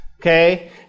okay